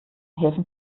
helfen